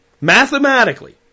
mathematically